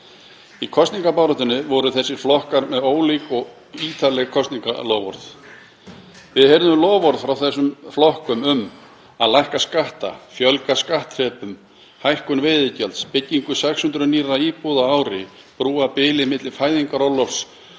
Í kosningabaráttunni voru þessir flokkar með ólík og ítarleg kosningaloforð. Við heyrðum loforð frá þessum flokkum um að lækka skatta, fjölga skattþrepum, hækkun veiðigjalds, byggingu 600 nýrra íbúða á ári, að brúa bil milli fæðingarorlofs